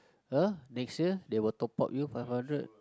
!huh! next year they will top up you five hundred